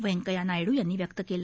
व्यंकय्या नायडू यांनी व्यक्त केलं